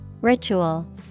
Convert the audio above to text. Ritual